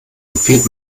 empfiehlt